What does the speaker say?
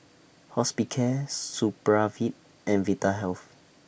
Hospicare Supravit and Vitahealth